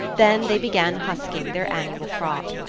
then they began husking their annual crop.